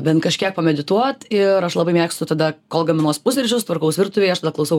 bent kažkiek pamedituot ir aš labai mėgstu tada kol gaminuos pusryčius tvarkaus virtuvėj aš tada klausau